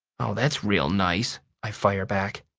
oh, that's real nice, i fire back.